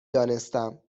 دانستم